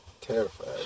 terrified